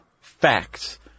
facts